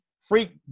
Freak